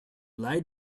lie